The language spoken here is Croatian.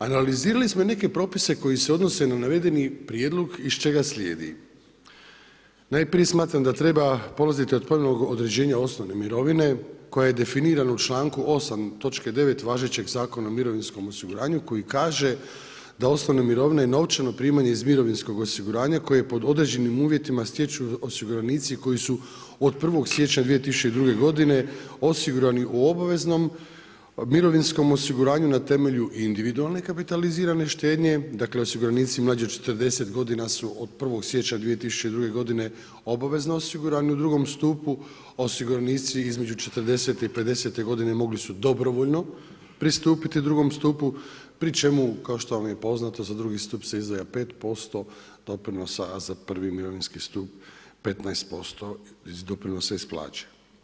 Analizirali smo i neke propise koji se odnose na navedeni prijedlog iz čega slijedi, najprije smatram da treba polaziti od ponovljenog određena osnovne mirovine koja je definirana u članku 8. točke 9. važećeg Zakona o mirovinskom osiguranju koji kaže da osnovne mirovine i novčano primanje iz mirovinskog osiguranja koje pod određenim uvjetima stječu osiguranici koji su od 1. siječnja 2002. godine osigurani u obaveznom mirovinskom osiguranju na temelju individualne kapitalizirane štednje, dakle osiguranici mlađi od 40 godina su od 1. siječnja 2002. godine obavezno osigurani u drugom stupu, osiguranici između 40. i 50. godine mogli su dobrovoljno pristupiti drugom stupu pri čemu kao što vam je poznato za drugi stup se izdvaja 5% doprinosa, a za prvi mirovinski stup 15% doprinosa iz plaće.